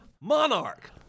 monarch